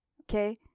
Okay